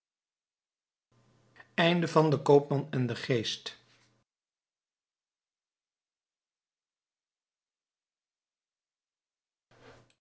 van den koopman en den geest